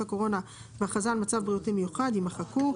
הקורונה בהכרזה על מצב בריאותי מיוחד" יימחקו,